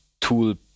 tool